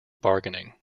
bargaining